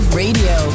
radio